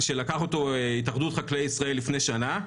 שלקחה אותו התאחדות חקלאי ישראל לפני שנה,